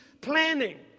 planning